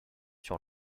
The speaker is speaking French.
sur